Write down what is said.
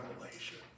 revelation